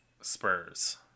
Spurs